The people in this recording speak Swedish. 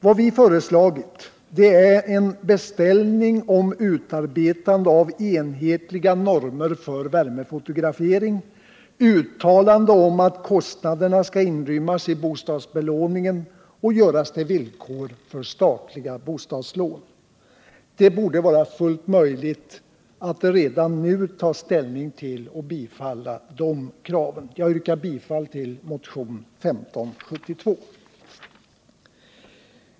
Vad vi föreslagit innebär en beställning om utarbetande av enhetliga normer för värmefotografering samt ett uttalande om att kostnaderna skall inrymmas i bostadsbelåningen och göras till villkor för statliga bostadslån. Det borde vara fullt möjligt att redan nu ta ställning till och bifalla de kraven. Jag yrkar bifall till motionen 1572.